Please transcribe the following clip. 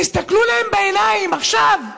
תסתכלו בעיניים עכשיו,